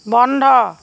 বন্ধ